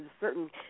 certain